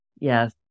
Yes